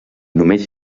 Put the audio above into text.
només